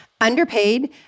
Underpaid